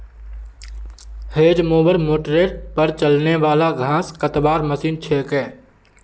hedge mower मोटरेर पर चलने वाला घास कतवार मशीन छिके